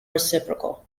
reciprocal